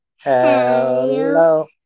Hello